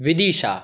Vidisha